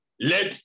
let